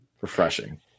refreshing